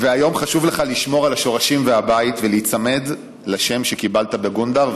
והיום חשוב לך לשמור על השורשים והבית ולהיצמד לשם שקיבלת בגונדר,